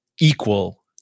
equal